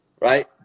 right